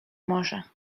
może